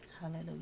hallelujah